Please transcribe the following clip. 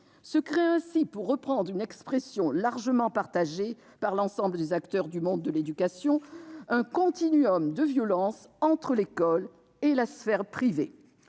Se crée ainsi, pour reprendre une expression largement répandue parmi les acteurs du monde de l'éducation, un « continuum de violence » entre l'école et la sphère privée.